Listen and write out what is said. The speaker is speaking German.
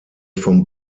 vom